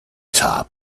top